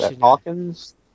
Hawkins